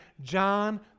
John